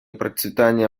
процветания